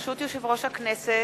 ברשות יושב-ראש הכנסת,